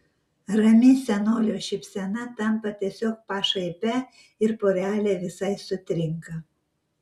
rami senolio šypsena tampa tiesiog pašaipia ir porelė visai sutrinka